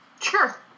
Sure